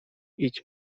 idź